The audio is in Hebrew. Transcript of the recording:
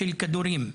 של כדורים.